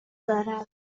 دارد